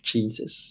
Jesus